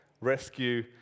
rescue